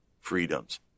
freedoms